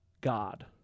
God